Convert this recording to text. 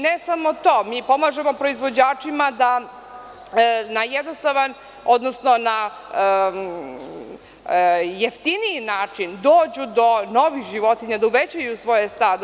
Ne samo to, mi pomažemo proizvođačima da na jednostavan, odnosno na jeftiniji način dođu do novih životinja, da uvećaju svoje stado.